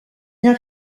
rien